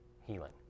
healing